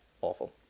awful